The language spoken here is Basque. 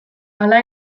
hala